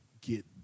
Get